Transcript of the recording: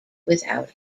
without